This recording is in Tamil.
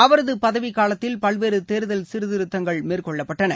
அவரது பதவிக்காலத்தில் பல்வேறு தேர்தல் சீர்திருத்தங்கள் மேற்கொள்ளப்பட்டன